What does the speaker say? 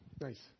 nice